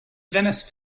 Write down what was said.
venice